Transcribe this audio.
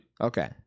Okay